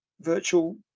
virtual